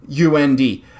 UND